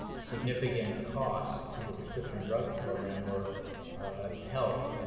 significant costs through the prescription drug program were helped